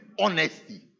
honesty